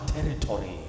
territory